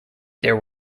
there